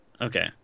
Okay